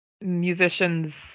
Musicians